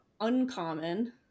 uncommon